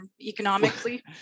economically